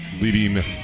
leading